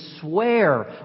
swear